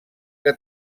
que